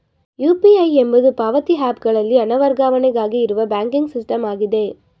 UPI ಎಂಬುದು ಪಾವತಿ app ಗಳಲ್ಲಿ ಹಣ ವರ್ಗಾವಣೆಗಾಗಿ ಇರುವ ಬ್ಯಾಂಕಿಂಗ್ ಸಿಸ್ಟಮ್ ಆಗಿದೆ